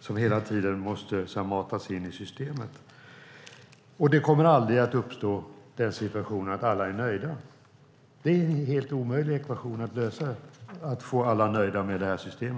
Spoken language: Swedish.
som hela tiden måste matas in i systemet. Det kommer aldrig att uppstå en situation där alla är nöjda. Det är en omöjlig ekvation att lösa att få alla nöjda med systemet.